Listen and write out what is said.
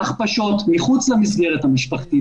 הכפשות מחוץ למסגרת המשפחתית,